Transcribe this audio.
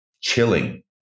chilling